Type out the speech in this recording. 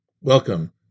Welcome